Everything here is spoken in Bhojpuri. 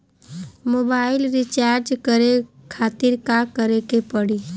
मोबाइल रीचार्ज करे खातिर का करे के पड़ी?